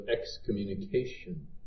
excommunication